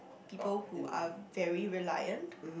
people who are very reliant